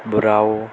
bravo